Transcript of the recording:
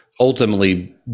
ultimately